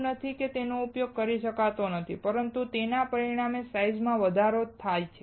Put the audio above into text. એવું નથી કે તેનો ઉપયોગ કરી શકાતો નથી પરંતુ તેના પરિણામે સાઈઝમાં વધારો થશે